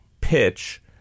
pitch